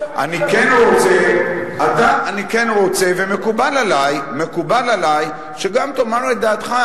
אני כן רוצה, ומקובל עלי שגם תאמר את דעתך.